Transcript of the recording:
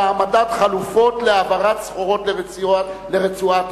והעמדת חלופות להעברת סחורות לרצועת-עזה,